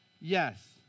Yes